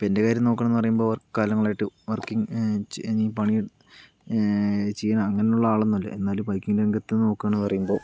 ഇപ്പോൾ എൻ്റെ കാര്യം നോക്കുകയാണെന്നു പറയുമ്പോൾ കാലങ്ങളായിട്ട് വർക്കിങ്ങ് പണി ചെയ്യണ അങ്ങനുള്ള ആളൊന്നും അല്ല എന്നാലും ബൈക്കിംഗ് രംഗത്ത് നോക്കുകയാണെന്നു പറയുമ്പോൾ